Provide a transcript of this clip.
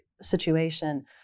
situation